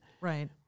Right